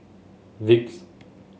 Vicks